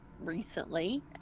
recently